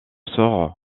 sort